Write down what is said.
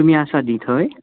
तुमी आसा न्हय थंय हां